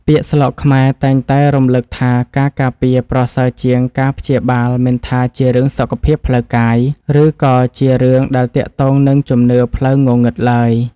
ពាក្យស្លោកខ្មែរតែងតែរំលឹកថាការការពារប្រសើរជាងការព្យាបាលមិនថាជារឿងសុខភាពផ្លូវកាយ ឬក៏ជារឿងដែលទាក់ទងនឹងជំនឿផ្លូវងងឹតឡើយ។